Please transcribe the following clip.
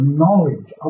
knowledge